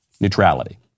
neutrality